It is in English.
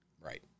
Right